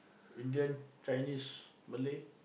Indian Chinese Malay